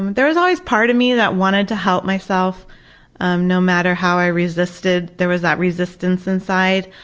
and there was always part of me that wanted to help myself um no matter how i resisted, there was that resistance inside.